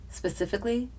specifically